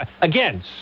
Again